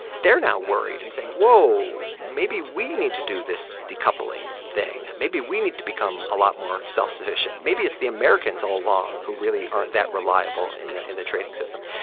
they're now worried and saying, whoa, maybe we need to do this decoupling thing. maybe we need to become a lot more self-sufficient. maybe it's the americans all along who really aren't that reliable in the in the trading system.